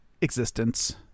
existence